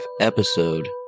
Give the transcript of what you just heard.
episode